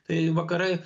tai vakarai